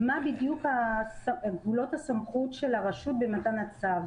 מה הם בדיוק גבולות הסמכות של הרשות במתן הצו,